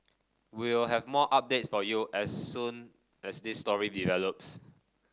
we'll have more updates for you as soon as this story develops